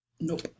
Nope